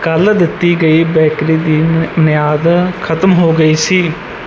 ਕੱਲ੍ਹ ਦਿੱਤੀ ਗਈ ਬੇਕਰੀ ਦੀ ਮ ਮਿਆਦ ਖਤਮ ਹੋ ਗਈ ਸੀ